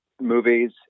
movies